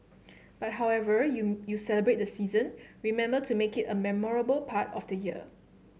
but however you you celebrate the season remember to make it a memorable part of the year